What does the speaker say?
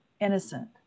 innocent